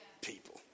people